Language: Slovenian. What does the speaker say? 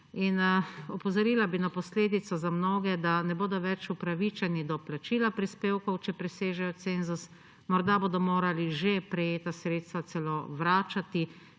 Opozorila bi na posledico za mnoge, da ne bodo več upravičeni do plačila prispevkov, če presežejo cenzus, morda bodo morali že prejeta sredstva celo vračati